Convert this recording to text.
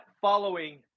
following